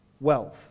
wealth